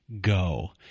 go